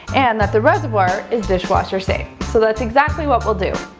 and that the reservoir is dishwasher safe. so that's exactly what we'll do.